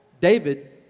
David